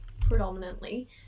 Predominantly